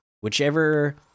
whichever